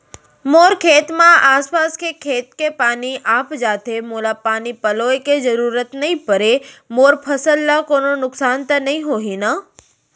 मोर खेत म आसपास के खेत के पानी आप जाथे, मोला पानी पलोय के जरूरत नई परे, मोर फसल ल कोनो नुकसान त नई होही न?